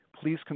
please